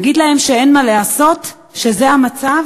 נגיד להם שאין מה לעשות, שזה המצב?